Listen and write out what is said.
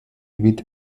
with